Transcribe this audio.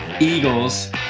Eagles